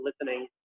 listening